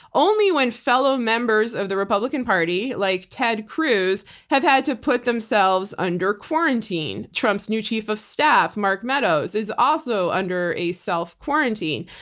only when fellow members of the republican party like ted cruz have had to put themselves under quarantine. trump's new chief of staff, mark meadows, is also under a self quarantine.